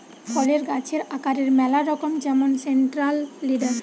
ফলের গাছের আকারের ম্যালা রকম যেমন সেন্ট্রাল লিডার